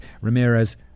ramirez